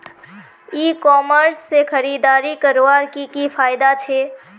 ई commerce से खरीदारी करवार की की फायदा छे?